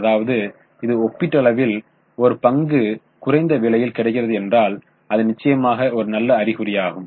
அதாவது இது ஒப்பீட்டளவில் ஒரு பங்கு குறைந்த விலையில் கிடைக்கிறது என்றால் அது நிச்சயமாக ஒரு நல்ல அறிகுறியாகும்